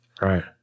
Right